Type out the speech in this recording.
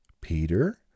Peter